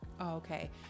okay